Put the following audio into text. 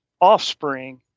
offspring